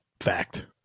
Fact